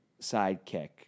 sidekick